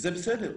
וזה בסדר,